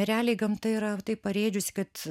realiai gamta yra taip parėdžiusi kad